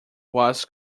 was